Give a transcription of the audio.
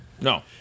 No